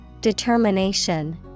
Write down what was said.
Determination